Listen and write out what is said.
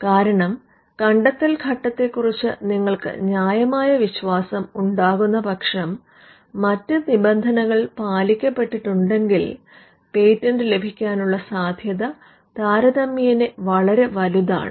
കാരണം കണ്ടെത്തൽ ഘട്ടത്തെ കുറിച്ച് നിങ്ങൾക്ക് ന്യായമായ വിശ്വാസം ഉണ്ടാകുന്ന പക്ഷം മറ്റ് നിബന്ധനകൾ പാലിക്കപ്പെട്ടിട്ടുണ്ടെങ്കിൽ പേറ്റന്റ് ലഭിക്കാനുള്ള സാധ്യത താരതമ്യേന വളരെ വലുതാണ്